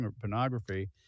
pornography